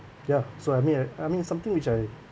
ya so I mean I I mean something which I